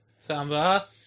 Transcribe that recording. Samba